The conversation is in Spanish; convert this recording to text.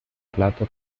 plato